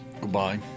Goodbye